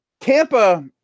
Tampa